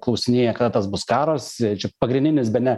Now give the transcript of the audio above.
klausinėja kada tas bus karas čia pagrindinis bene